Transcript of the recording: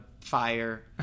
fire